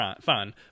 fine